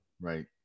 right